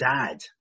dad